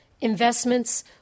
investments